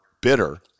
bitter